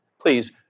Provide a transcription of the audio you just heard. please